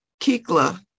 Kikla